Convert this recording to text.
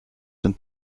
den